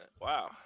Wow